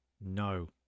No